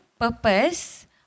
purpose